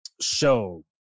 show